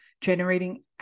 generating